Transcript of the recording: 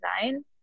design